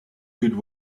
good